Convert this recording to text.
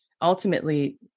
ultimately